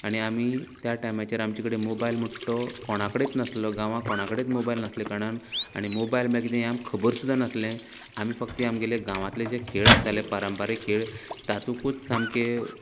आनी आमी त्या टायमाचेर आमचे कडेन मोबायल म्हणटा तो कोणा कडेनच नासलो गांवांत कोणाकडेनच मोबायल नासले कारणान आनी मोबायल म्हळ्यार कितें खबर सुद्दां नासलें आमी फक्त हे गांवांतले जे खेळ आसतालें पारंपारीक खेळ तातूंतच सामकें